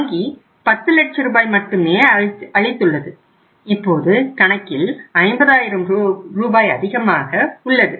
வங்கி 10 லட்ச ரூபாய் மட்டுமே அளித்துள்ளது இப்போது கணக்கில் 50 ஆயிரம் ரூபாய் அதிகமாக உள்ளது